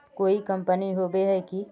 कोई कंपनी होबे है की?